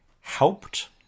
helped